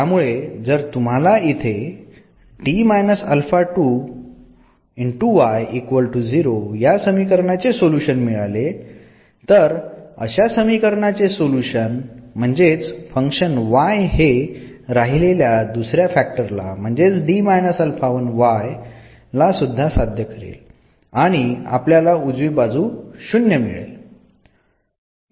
त्यामुळे जर तुम्हाला इथे या समीकरणाचे सोल्युशन मिळाले तर अशा समीकरणाचे सोल्युशन म्हणजेच फंक्शन y हे राहिलेल्या दुसऱ्या फॅक्टर ला म्हणजेच सुद्धा साध्य करेल आणि आपल्याला उजवी बाजू शून्य मिळेल